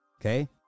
okay